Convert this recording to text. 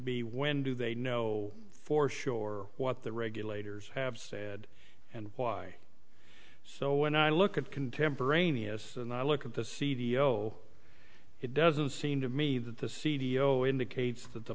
be when do they know for sure what the regulators have said and why so when i look at contemporaneous and i look at the c d o it doesn't seem to me that the c d o indicates that the